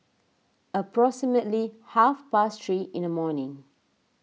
approximately half past three in the morning